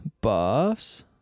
buffs